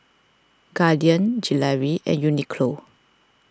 Guardian Gelare and Uniqlo